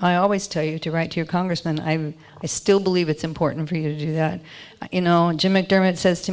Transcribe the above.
i always tell you to write to your congressman i still believe it's important for you to do that you know and jim mcdermott says to